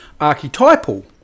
archetypal